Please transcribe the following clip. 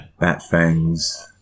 Batfangs